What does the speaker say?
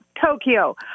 Tokyo